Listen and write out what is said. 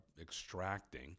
extracting